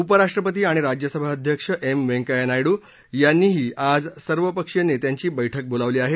उपराष्ट्रपती आणि राज्यसभा अध्यक्ष एम व्यंकय्या नायडू यांनीही आज सर्व पक्षीय नेत्यांची बैठक बोलावली आहे